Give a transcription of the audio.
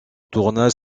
tournage